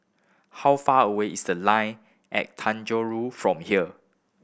how far away is The Line at Tanjong Road from here